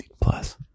plus